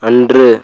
அன்று